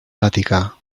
vaticà